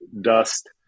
dust